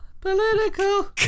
Political